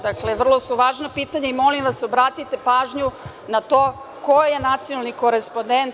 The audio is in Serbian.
Dakle, vrlo su važna pitanja i molim vas da obratite pažnju na to ko je nacionalni korespondent…